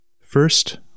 first